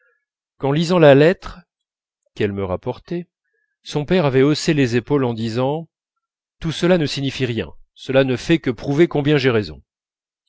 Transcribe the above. qu'en lisant la lettre qu'elle me rapportait son père avait haussé les épaules en disant tout cela ne signifie rien cela ne fait que prouver combien j'ai raison